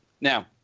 Now